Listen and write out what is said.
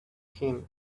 him